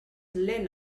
lent